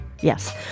Yes